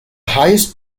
highest